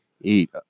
eat